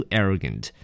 arrogant